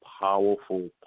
powerful